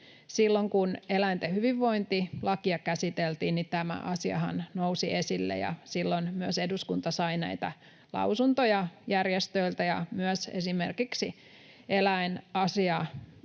Silloin, kun eläinten hyvinvointilakia käsiteltiin, tämä asiahan nousi esille, ja silloin myös eduskunta sai näitä lausuntoja järjestöiltä ja myös esimerkiksi eläinasiamieheltä